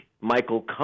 Michael